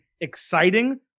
exciting